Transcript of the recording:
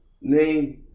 name